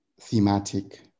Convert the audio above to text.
thematic